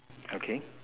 okay